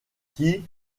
qui